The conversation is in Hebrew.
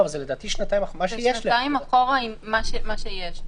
זה שנתיים אחורה עם מה שיש.